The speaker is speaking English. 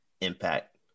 impact